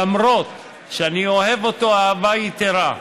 למרות שאני אוהב אותו אהבה יתרה,